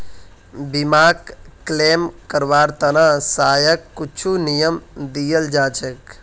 बीमाक क्लेम करवार त न यहात कुछु नियम दियाल जा छेक